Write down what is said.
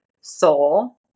soul